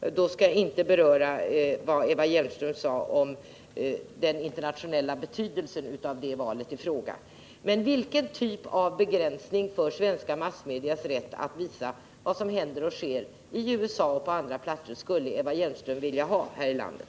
Jag skall inte beröra det Eva Hjelmström sade om den internationella betydelsen av det valet. Vilken typ av begränsning för svenska massmedias rätt att visa vad som händer och sker i USA och på andra platser skulle Eva Hjelmström vilja ha här i landet?